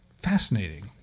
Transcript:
Fascinating